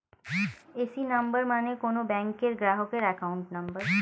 AC number মানে কোন ব্যাংকের গ্রাহকের অ্যাকাউন্ট নম্বর